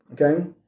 Okay